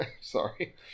sorry